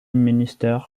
minister